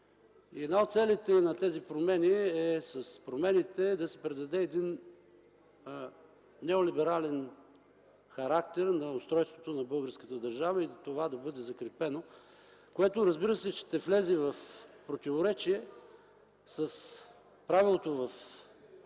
Една от целите на тези промени е с промените да се придаде един неолиберален характер на устройството на българската държава и това да бъде закрепено, което, разбира се, ще влезе в противоречие с правилото в